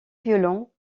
violents